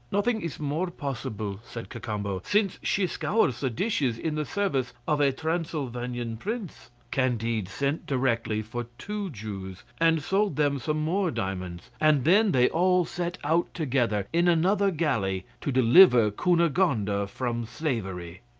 nothing is more possible, said cacambo, since she scours the dishes in the service of a transylvanian prince. candide sent directly for two jews and sold them some more diamonds, and then they all set out together in another galley to deliver cunegonde ah from slavery.